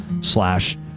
slash